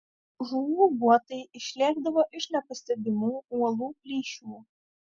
žuvų guotai išlėkdavo iš nepastebimų uolų plyšių